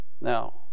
Now